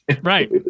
Right